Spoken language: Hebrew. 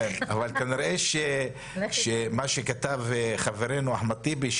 אבל כנראה מה שכתב חברנו אחמד טיבי,